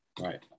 right